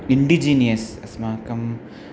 indigenous अस्माकं